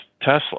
Tesla